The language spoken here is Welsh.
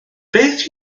beth